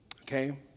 Okay